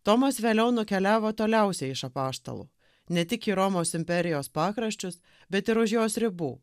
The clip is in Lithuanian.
tomas vėliau nukeliavo toliausiai iš apaštalų ne tik į romos imperijos pakraščius bet ir už jos ribų